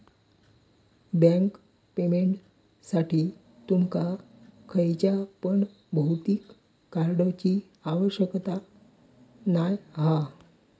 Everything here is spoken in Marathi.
बँक पेमेंटसाठी तुमका खयच्या पण भौतिक कार्डची आवश्यकता नाय हा